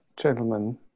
gentlemen